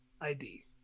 ID